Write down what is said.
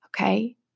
Okay